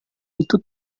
itu